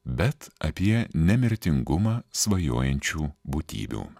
bet apie nemirtingumą svajojančių būtybių